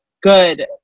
good